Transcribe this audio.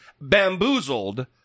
bamboozled